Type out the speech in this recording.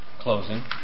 closing